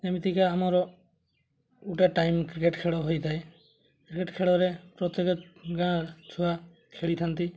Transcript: ଯେମିତିକା ଆମର ଗୋଟେ ଟାଇମ୍ କ୍ରିକେଟ୍ ଖେଳ ହୋଇଥାଏ କ୍ରିକେଟ୍ ଖେଳରେ ପ୍ରତ୍ୟେକ ଗାଁ ଛୁଆ ଖେଳିଥାନ୍ତି